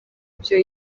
byo